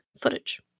footage